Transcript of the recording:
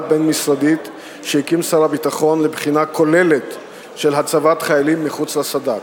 בין-משרדית שהקים שר הביטחון לבחינה כוללת של הצבת חיילים מחוץ לסד"כ,